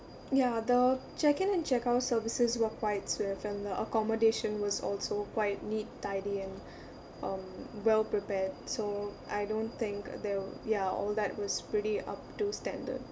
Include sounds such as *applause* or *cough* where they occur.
ya the check in and check out services were quite swift and the accommodation was also quite neat tidy and *breath* (um well prepared so I don't think there were ya all that was pretty up to standard